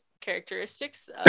characteristics